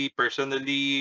personally